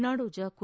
ನಾಡೋಜ ಕೋ